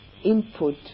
input